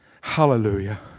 Hallelujah